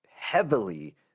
Heavily